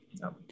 No